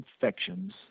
infections